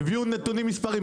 הם הביאו נתונים מספריים.